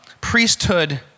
Priesthood